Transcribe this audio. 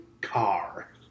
car